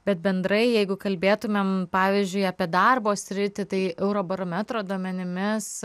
bet bendrai jeigu kalbėtumėm pavyzdžiui apie darbo sritį tai eurobarometro duomenimis